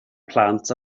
plant